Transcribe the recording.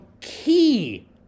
key